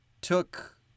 took